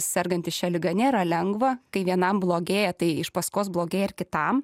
sergantys šia liga nėra lengva kai vienam blogėja tai iš paskos blogėja ir kitam